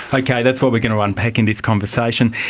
okay, that's what we're going to unpack in this conversation.